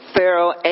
Pharaoh